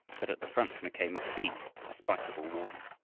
but at the front mackay must be in spite of all warning.